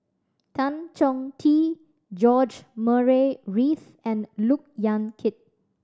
Tan Chong Tee George Murray Reith and Look Yan Kit